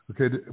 Okay